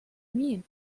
mean